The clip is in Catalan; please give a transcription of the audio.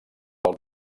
pel